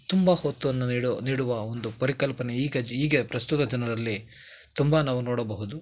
ತುಂಬ ಹೊತ್ತನ್ನು ನೀಡೋ ನೀಡುವ ಒಂದು ಪರಿಕಲ್ಪನೆ ಈಗ ಈಗ ಪ್ರಸ್ತುತ ಜನರಲ್ಲಿ ತುಂಬ ನಾವು ನೋಡಬಹುದು